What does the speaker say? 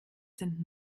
sind